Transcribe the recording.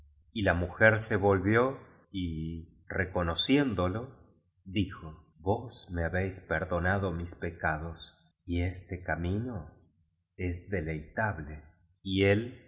y la mujer se volvió y reconociéndolo dijo vos me habéis perdonado mis pecados y este camino es deleitable y él